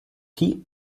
key